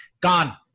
gone